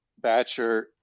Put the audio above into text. Batcher